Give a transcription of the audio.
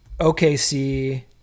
OKC